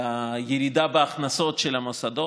לירידה בהכנסות של המוסדות,